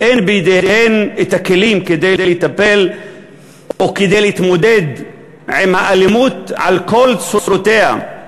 אין בידיהן כלים כדי לטפל או כדי להתמודד עם האלימות על כל צורותיה.